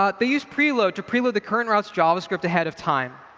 ah they use preload to preload the current route's javascript ahead of time.